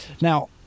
Now